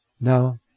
Now